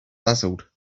dazzled